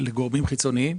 לגורמים חיצוניים,